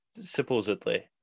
supposedly